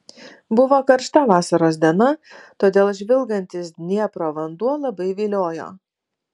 buvo karšta vasaros diena todėl žvilgantis dniepro vanduo labai viliojo